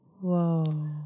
Whoa